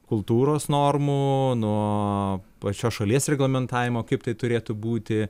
kultūros normų nuo pačios šalies reglamentavimo kaip tai turėtų būti